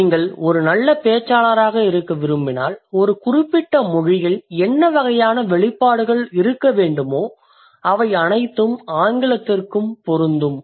நீங்கள் ஒரு நல்ல பேச்சாளராக இருக்க விரும்பினால் ஒரு குறிப்பிட்ட மொழியில் என்ன வகையான வெளிப்பாடுகள் இருக்க வேண்டுமோ அவை அனைத்தும் ஆங்கிலத்திற்கும் பொருந்தும்